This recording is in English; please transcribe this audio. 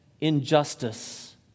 injustice